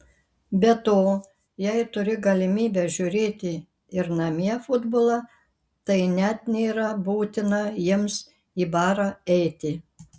be to jei turi galimybę žiūrėti ir namie futbolą tai net nėra būtina jiems į barą eiti